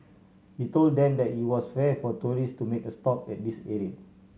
he told them that it was rare for tourist to make a stop at this area